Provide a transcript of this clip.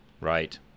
Right